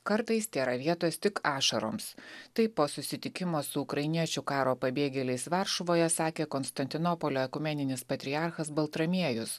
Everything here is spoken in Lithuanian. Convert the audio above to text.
kartais tėra vietos tik ašaroms taip po susitikimo su ukrainiečių karo pabėgėliais varšuvoje sakė konstantinopolio ekumeninis patriarchas baltramiejus